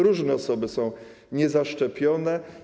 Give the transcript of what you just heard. Różne osoby są niezaszczepione.